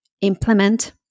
implement